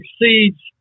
exceeds